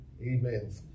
Amen